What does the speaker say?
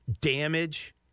damage